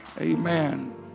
Amen